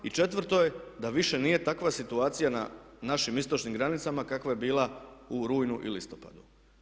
I četvrto je da više nije takva situacija na našim istočnim granicama kakva je bila u rujnu i listopadu.